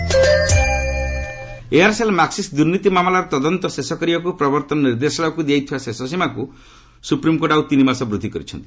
SC ED Aircel Aircel Maxis ଦୁର୍ନୀତି ମାମଲାର ତଦନ୍ତ ଶେଷ କରିବାକୁ ପ୍ରବର୍ତ୍ତନ ନିର୍ଦ୍ଦେଶାଳୟକୁ ଦିଆଯାଇଥିବା ଶେଷ ସୀମାକୁ ସୁପ୍ରିମକୋର୍ଟ ଆଉ ତିନିମାସ ବୃଦ୍ଧି କରିଛନ୍ତି